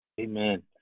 Amen